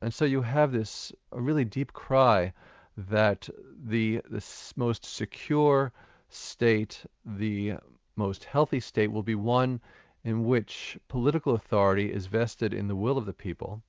and so you have this ah really deep cry that the the so most secure state, the most healthy state, will be one in which political authority is vested in the will of the people